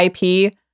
IP